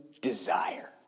desire